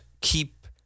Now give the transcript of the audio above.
keep